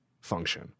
function